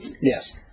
Yes